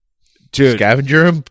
scavenger